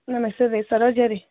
ನಮ್ಮ ಹೆಸ್ರು ರೀ ಸರೋಜಾ ರೀ